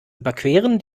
überqueren